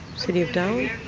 city of darwin.